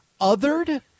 othered